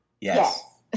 yes